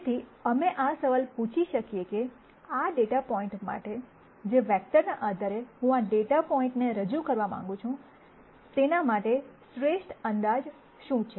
તેથી અમે આ સવાલ પૂછી શકીએ કે આ ડેટા પોઇન્ટ માટે જે વેક્ટરના આધારે હું આ ડેટા પોઇન્ટને રજૂ કરવા માંગું છું તેના માટે શ્રેષ્ઠ અંદાજ શું છે